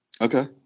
Okay